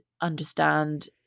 understand